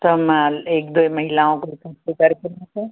तो हम एक दो महिलाओं को इकट्ठे करके यहाँ से